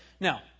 Now